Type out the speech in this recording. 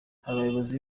abayobozi